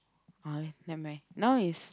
ah nevermind now is